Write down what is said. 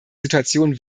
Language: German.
situation